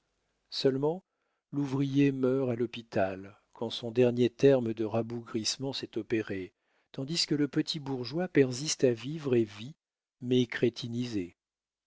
seulement l'ouvrier meurt à l'hôpital quand son dernier terme de rabougrissement s'est opéré tandis que le petit bourgeois persiste à vivre et vit mais crétinisé